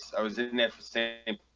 i was never staying and